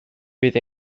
bydd